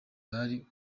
bari